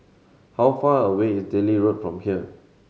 how far away is Delhi Road from here